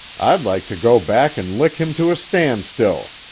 i'd like to go back and lick him to a standstill!